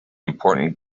important